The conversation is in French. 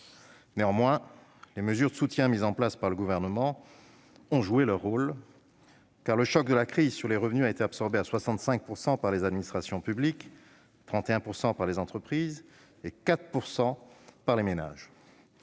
néanmoins, les mesures de soutien mises en place par le Gouvernement ont joué leur rôle, car le choc de la crise sur les revenus a été absorbé à 65 % par les administrations publiques, à 31 % par les entreprises et à 4 % seulement par les ménages.